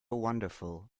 wonderful